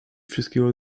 wszystkiego